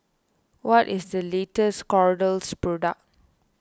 what is the latest Kordel's product